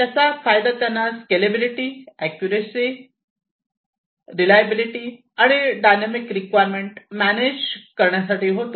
त्याचा फायदा त्यांना scalability accuracy scalability reliability आणि डायनामिक रिक्वायरमेंट मॅनेज करण्यासाठी होतो